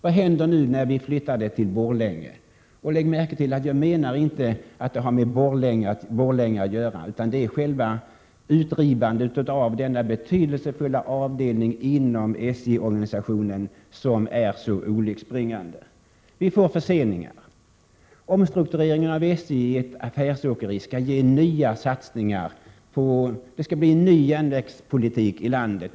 Vad händer nu, när vi flyttar detta till Borlänge? Lägg märke till att jag Prot. 1987/88:123 menar inte att det har med Borlänge att göra, utan det är själva utdrivandet 19 maj 1988 av denna betydelsefulla avdelning inom SJ-organisationen som är så olycksbringande. Det uppstår förseningar. Omstruktureringen av SJ innebär att det skall bli en ny järnvägspolitik i landet.